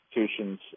institutions